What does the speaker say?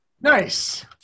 Nice